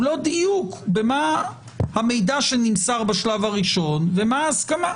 לא דיוק במידע שנמסר בשלב הראשון ומה ההסכמה,